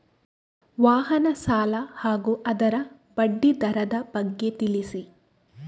ವಾಹನ ಸಾಲ ಹಾಗೂ ಅದರ ಬಡ್ಡಿ ದರದ ಬಗ್ಗೆ ತಿಳಿಸಿ?